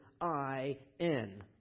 I-N